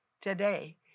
today